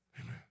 Amen